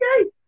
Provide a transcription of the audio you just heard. okay